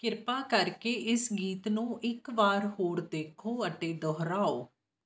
ਕਿਰਪਾ ਕਰਕੇ ਇਸ ਗੀਤ ਨੂੰ ਇੱਕ ਵਾਰ ਹੋਰ ਦੇਖੋ ਅਤੇ ਦੁਹਰਾਓ